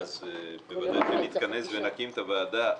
אז בוודאי שנתכנס ונקים את הוועדה.